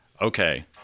okay